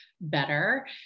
better